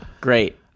Great